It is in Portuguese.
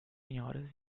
senhoras